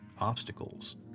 obstacles